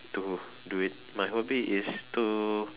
to do it my hobby is to